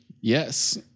Yes